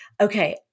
okay